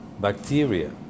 bacteria